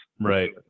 right